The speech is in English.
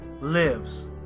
lives